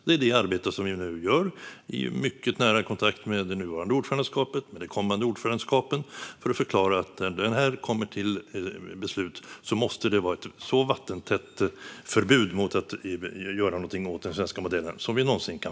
Det är detta arbete som vi nu gör i mycket nära kontakt med det nuvarande ordförandeskapet och med de kommande ordförandeskapen för att förklara att när det här kommer till beslut måste det vara ett så vattentätt förbud som vi någonsin kan få mot att göra någonting åt den svenska modellen.